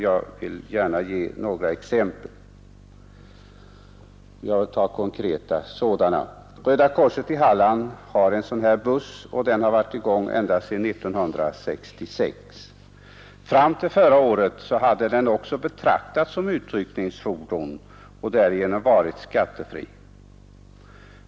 Jag vill gärna ge några konkreta exempel härpå. Röda korset i Halland har en buss för ifrågavarande ändamål. Den har varit i gång ända sedan 1966. Fram till förra året hade den också betraktats som utryckningsfordon och därigenom varit skattefri.